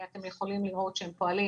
אתם יכולים לראות שהם פועלים